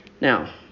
Now